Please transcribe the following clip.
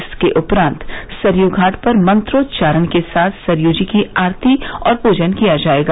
इसके उपरांत सरयू घाट पर मंत्रोच्चारण के साथ सरयू जी की आरती और पूजन किया जायेगा